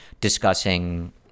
discussing